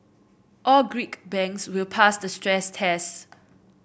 all Greek banks will pass the stress tests